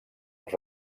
les